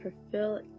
fulfill